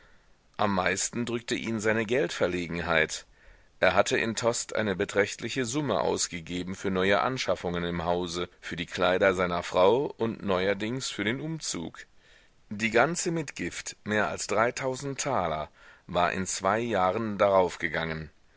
am meisten drückte ihn seine geldverlegenheit er hatte in tostes eine beträchtliche summe ausgegeben für neue anschaffungen im hause für die kleider seiner frau und neuerdings für den umzug die ganze mitgift mehr als dreitausend taler war in zwei jahren daraufgegangen